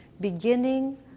beginning